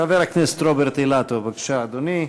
חבר הכנסת רוברט אילטוב, בבקשה, אדוני.